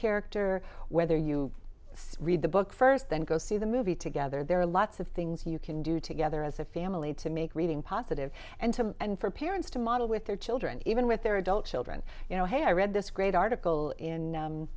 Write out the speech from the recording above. character whether you read the book first then go see the movie together there are lots of things you can do together as a family to make reading positive and to and for parents to model with their children even with their adult children you know hey i read this great article in